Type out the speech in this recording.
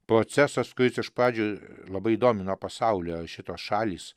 procesas kuris iš pradžių labai domino pasaulio šitos šalys